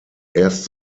erst